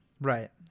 right